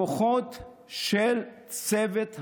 בכוחות של צוות המורים,